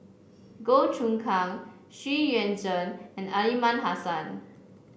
Goh Choon Kang Xu Yuan Zhen and Aliman Hassan